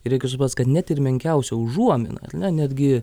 ir reikia suprast kad net ir menkiausia užuomina ar ne netgi